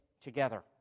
together